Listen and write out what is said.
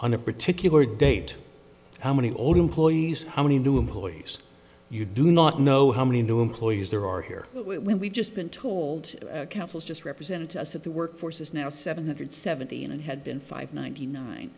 on a particular date how many old employees how many new employees you do not know how many new employees there are here we just been told councils just represent us that the workforce is now seven hundred seventeen and had been five ninety nine